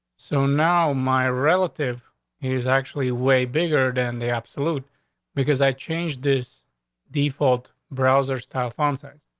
so now my relative is actually way bigger than the absolute because i change this default browser style font size.